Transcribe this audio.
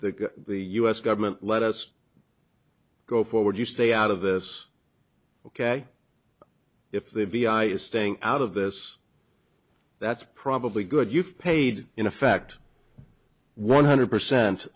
the u s government let us go forward you stay out of this ok if the vi is staying out of this that's probably good you've paid in effect one hundred percent